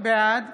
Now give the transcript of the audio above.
בעד